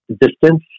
distance